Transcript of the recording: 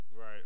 Right